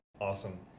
awesome